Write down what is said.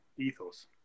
ethos